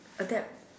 adapt